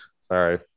Sorry